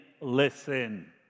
listen